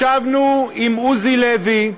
ישבנו עם עוזי לוי,